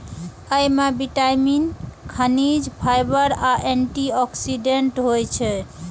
अय मे विटामिन, खनिज, फाइबर आ एंटी ऑक्सीडेंट होइ छै